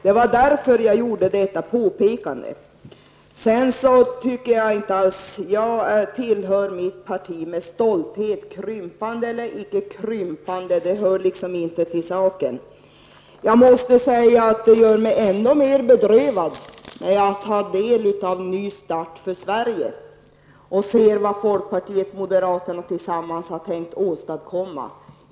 Det var därför jag gjorde detta påpekande. Jag tillhör mitt parti med stolthet. Krympande eller icke krympande. Det hör inte till saken. Det gör mig ännu mer bedrövad när jag tar del av programmet Ny start för Sverige och ser vad folkpartiet och moderaterna tillsammans tänkt åstadkomma.